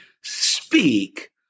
Speak